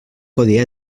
codi